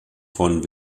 von